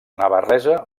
navarresa